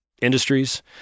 industries